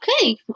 okay